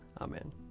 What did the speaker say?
Amen